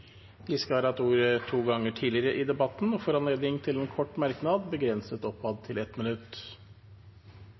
hatt ordet to ganger tidligere og får ordet til en kort merknad, begrenset til 1 minutt.